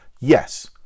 Yes